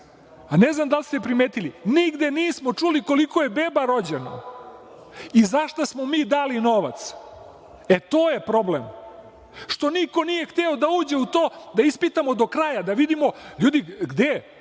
A ne znam da li ste primetili – nigde nismo čuli koliko je beba rođeno i za šta smo mi dali novac. E, to je problem, što niko nije hteo da uđe u to da ispitamo do kraja, da vidimo. Zato je